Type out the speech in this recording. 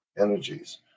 energies